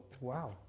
wow